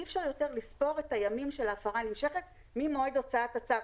אי אפשר יותר לספור את הימים של ההפרה הנמשכת ממועד הוצאת הצו,